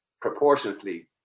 proportionately